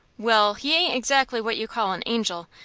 well, he ain't exactly what you call an angel,